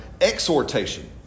Exhortation